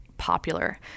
Popular